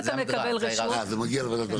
אם אתה מקבל רשות --- אה, זה מגיע לוועדה.